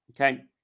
Okay